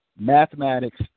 mathematics